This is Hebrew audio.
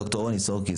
ד"ר רוני סורקיס,